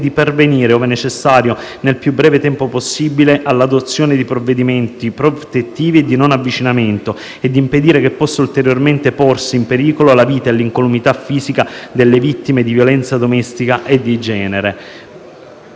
di pervenire, ove necessario, nel più breve tempo possibile, all'adozione di provvedimenti protettivi e di non avvicinamento e di impedire che possano ulteriormente porsi in pericolo la vita e l'incolumità fisica delle vittime di violenza domestica e di genere.